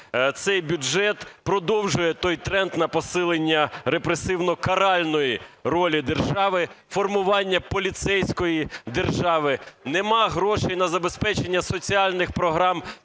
цей бюджет продовжує той тренд на посилення репресивно-каральної ролі держави, формування поліцейської держави. Немає грошей на забезпечення соціальних програм